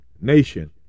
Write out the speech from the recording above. nation